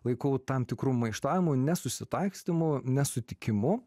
laikau tam tikru maištavimu ne susitaikstymu ne sutikimu